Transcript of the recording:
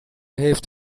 heeft